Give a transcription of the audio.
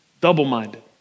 Double-minded